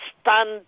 stand